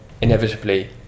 inevitably